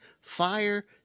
fire